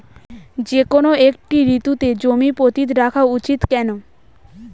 যেকোনো একটি ঋতুতে জমি পতিত রাখা উচিৎ কেন?